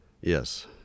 Yes